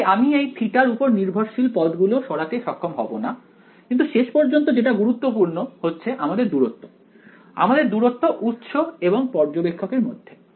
তাই আমি এই θ এর উপর নির্ভরশীল পদগুলো সরাতে সক্ষম হবো না কিন্তু শেষ পর্যন্ত যেটা গুরুত্বপূর্ণ হচ্ছে আমাদের দূরত্ব আমাদের দূরত্ব উৎস এবং পর্যবেক্ষকের মধ্যে